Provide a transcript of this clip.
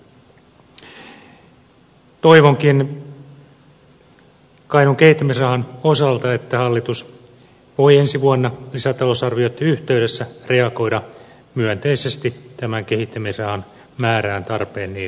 toivonkin kainuun kehittämisrahan osalta että hallitus voi ensi vuonna lisätalousarvioitten yh teydessä reagoida myönteisesti tämän kehittämisrahan määrään tarpeen niin vaatiessa